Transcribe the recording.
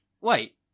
Wait